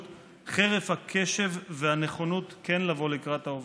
חרף הקשב והנכונות כן לבוא לקראת העובדים.